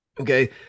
Okay